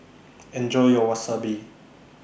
Enjoy your Wasabi